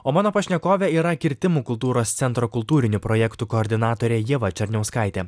o mano pašnekovė yra kirtimų kultūros centro kultūrinių projektų koordinatorė ieva černiauskaitė